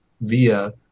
via